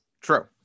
True